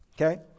okay